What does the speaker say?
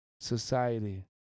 society